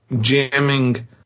jamming